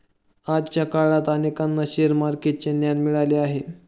आजच्या काळात अनेकांना शेअर मार्केटचे ज्ञान मिळाले आहे